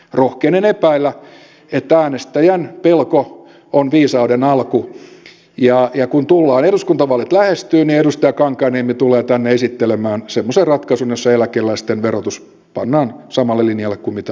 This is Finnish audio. rohkenen epäillä että äänestäjän pelko on viisauden alku ja kun eduskuntavaalit lähestyvät edustaja kankaanniemi tulee tänne esittelemään semmoisen ratkaisun jossa eläkeläisten verotus pannaan samalle linjalle kuin missä palkansaajat ovat